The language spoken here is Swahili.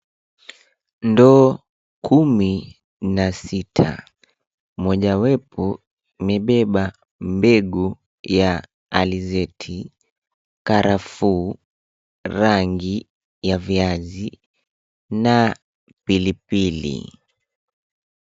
Ndoo kumi na sita, mojawapo imebeba mbegu ya alizeti, karafuu, rangi ya viazi na pilipili.